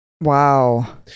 Wow